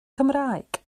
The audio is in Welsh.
cymraeg